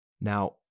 Now